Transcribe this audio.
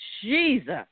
Jesus